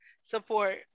support